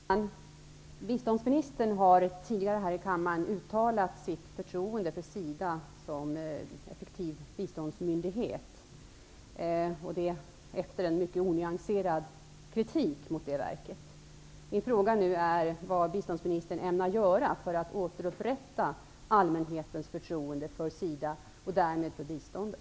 Fru talman! Biståndsministern har här tidigare i kammaren uttalat sitt förtroende för SIDA som en effektiv biståndsmyndighet. Det har skett efter den mycket onyanserade kritik som har riktats mot verket. Min fråga är vad biståndsministern ämnar göra för att återupprätta allmänhetens förtroende för SIDA och därmed för biståndet.